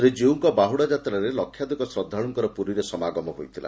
ଶ୍ରୀ କୀଉଙ୍କ ବାହୁଡାଯାତ୍ରାରେ ଲକ୍ଷାଧିକ ଶ୍ରଦ୍ଧାଳୁଙ୍କ ପୁରୀରେ ସମାଗମ ହୋଇଥିଲା